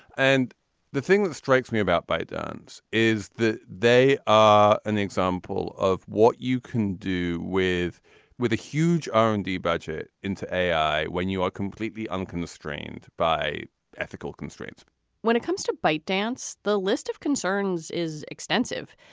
and the thing that strikes me about bite guns is that they are an example of what you can do with with a huge r and d budget into a i. when you are completely unconstrained by ethical constraints when it comes to bite dance the list of concerns concerns is extensive,